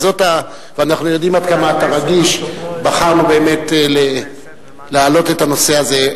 ואנחנו יודעים עד כמה אתה רגיש בחרנו באמת להעלות את הנושא הזה.